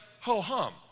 ho-hum